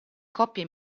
coppie